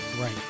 right